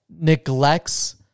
neglects